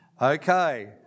Okay